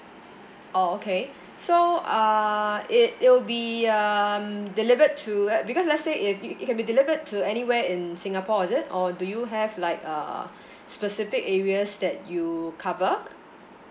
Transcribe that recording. oh okay so uh it it'll be um delivered to because let's say it it can be delivered to anywhere in singapore is it or do you have like uh specific areas that you cover